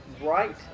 right